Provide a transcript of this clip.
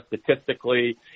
statistically